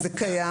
זה קיים.